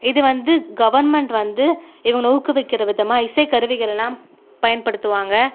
இது வந்து கவர்மெண்ட் வந்து இவங்களை ஊக்குவிக்கின்ற விதமாக இசைக்கருவிகள் எல்லாம் பயன்படுத்துவாங்க